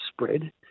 spread